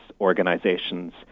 organizations